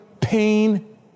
pain